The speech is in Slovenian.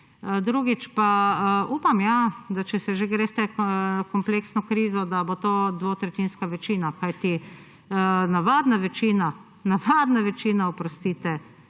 Drugič. Upam, če se greste kompleksno krizo, da bo to dvotretjinska večina. Kajti navadna večina, navadna večina – oprostite,